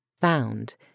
found